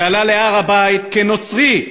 שעלה להר-הבית, כנוצרי,